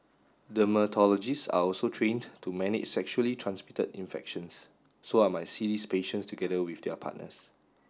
dermatologists are also trained to manage sexually transmitted infections so I might see these patients together with their partners